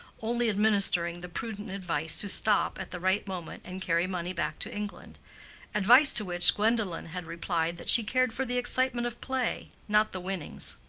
only administering the prudent advice to stop at the right moment and carry money back to england advice to which gwendolen had replied that she cared for the excitement of play, not the winnings.